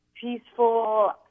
peaceful